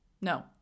no